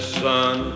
son